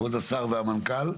כבוד השר והמנכ"ל,